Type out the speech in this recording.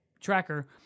tracker